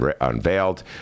unveiled